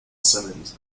simmons